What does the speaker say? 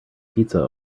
pizza